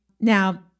now